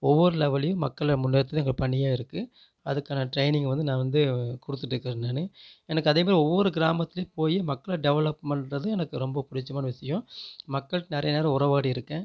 ஒவ்வொரு லெவல்லையும் மக்களை முன்னேற்றுறது எங்கள் பணியாக இருக்கு அதுக்கான டிரெயினிங் வந்து நான் வந்து கொடுத்துட்டு இருக்கிறேன் நான் எனக்கு அதேமாதிரி ஒவ்வொரு கிராமத்துலையும் போய் மக்களை டெவலப் பண்ணுறது எனக்கு ரொம்ப பிடிச்சமான விஷயோம் மக்கள் நிறைய நேரம் உறவாடி இருக்கேன்